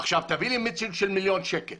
תביאי לי מצ'ינג של מיליון שקל